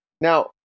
Now